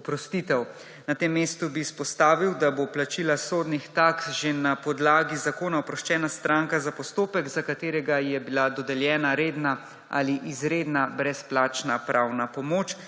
oprostitev. Na tem mestu bi izpostavil, da bo plačila sodnih taks že na podlagi zakona oproščena stranka za postopek, za katero je bila dodeljena redna ali izredna brezplačna pravna pomoč